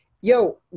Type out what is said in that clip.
Yo